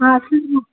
ஆ சரிங்க